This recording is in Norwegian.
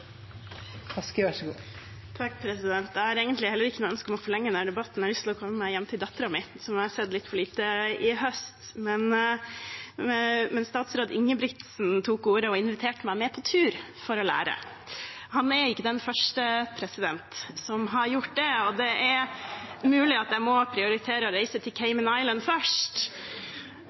Jeg har heller ikke noe ønske om å forlenge denne debatten, for jeg har lyst å komme meg hjem til datteren min, som jeg har sett litt for lite til i høst. Men statsråd Ingebrigtsen tok ordet og inviterte meg med på tur for å lære. Han er ikke den første som har gjort det , og det er mulig at jeg må prioritere å reise til Cayman Islands først.